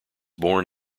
born